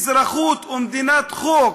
אזרחות ומדינת חוק?